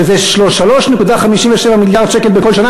שווה 3.57 מיליארד שקל בכל שנה,